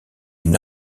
une